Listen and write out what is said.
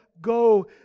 go